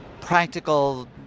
practical